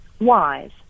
wise